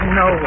no